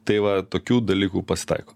tai va tokių dalykų pasitaiko